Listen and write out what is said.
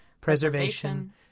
preservation